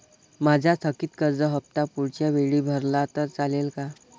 माझा थकीत कर्ज हफ्ता पुढच्या वेळी भरला तर चालेल का?